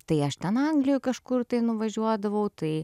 tai aš ten anglijoj kažkur tai nuvažiuodavau tai